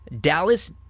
Dallas